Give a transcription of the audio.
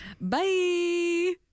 Bye